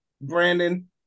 brandon